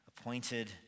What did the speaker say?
appointed